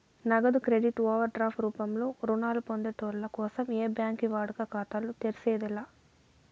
నగదు credit over drop రూపంలో రుణాలు పొందేటోళ్ళ కోసం ఏ బ్యాంకి వాడుక ఖాతాలు తెర్సేది లా